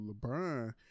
LeBron